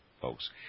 folks